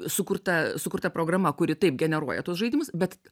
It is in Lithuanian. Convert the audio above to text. sukurta sukurta programa kuri taip generuoja tuos žaidimus bet